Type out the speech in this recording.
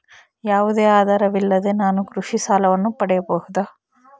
ಯಾವುದೇ ಆಧಾರವಿಲ್ಲದೆ ನಾನು ಕೃಷಿ ಸಾಲವನ್ನು ಪಡೆಯಬಹುದಾ?